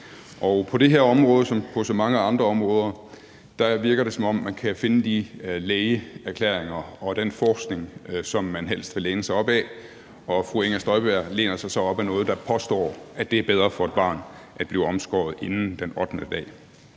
På det her område som på så mange andre områder virker det, som om man kan finde de lægeerklæringer og den forskning, som man helst vil læne sig op ad, og fru Inger Støjberg læner sig op ad noget, der påstår, at det er bedre for et barn at blive omskåret inden den ottende